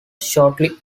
shortly